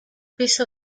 piso